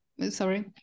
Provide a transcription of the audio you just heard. sorry